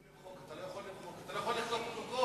אתה לא יכול למחוק, אתה לא יכול לכתוב פרוטוקול.